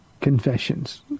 confessions